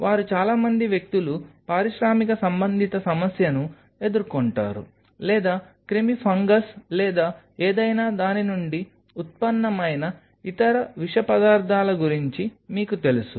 వారు చాలా మంది వ్యక్తులు పారిశ్రామిక సంబంధిత సమస్యను ఎదుర్కొంటారు లేదా క్రిమి ఫంగస్ లేదా ఏదైనా దాని నుండి ఉత్పన్నమైన ఇతర విష పదార్థాల గురించి మీకు తెలుసు